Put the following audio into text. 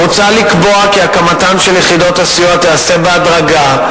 מוצע לקבוע כי הקמתן של יחידות הסיוע תיעשה בהדרגה,